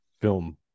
film